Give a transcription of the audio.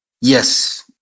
Yes